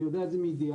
אני יודע את זה מידיעה,